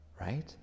right